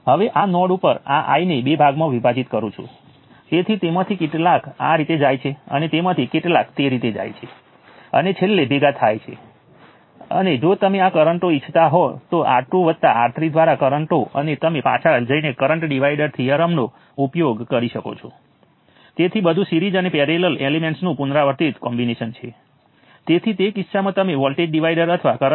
હવે અમારા નોડલ સમીકરણો સેટ કરતા પહેલા મારે વોલ્ટેજ તરીકે કેટલાક વેરિયેબલ્સ પસંદ કરવા પડશે જે હું સોલ્વ કરીશ અને નોડલ એનાલિસિસ માટે સમીકરણો લખતી વખતે હું મારા વેરિયેબલ તરીકે કોમન રેફરન્સ નોડના સંદર્ભમાં નોડ વોલ્ટેજ પસંદ કરીશ